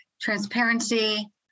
transparency